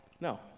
No